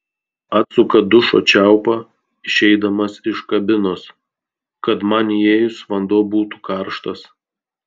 atsuka dušo čiaupą išeidamas iš kabinos kad man įėjus vanduo būtų karštas